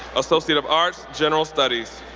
associate of arts, general studies.